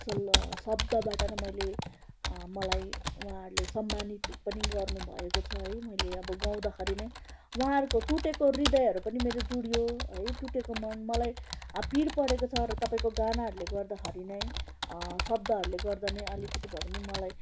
असल शब्दबाट नै मैले मलाई उहाँहरूले सम्मानित पनि गर्नुभएको छ है मैले अब गाउँदाखेरि नै उहाँहरूको टुटेको हृदयहरू पनि मेरो जुडियो है टुटेको मन मलाई अब पिर परेको छ र तपाईँको गानाहरूले गर्दाखरि नै शब्दहरूले गर्दा नै अलिकति भए पनि मलाई